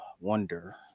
wonder